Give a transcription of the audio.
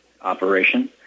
operation